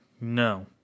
No